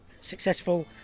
successful